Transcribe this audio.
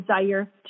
desire